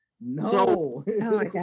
No